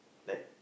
like